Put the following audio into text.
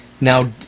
Now